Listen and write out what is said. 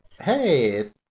Hey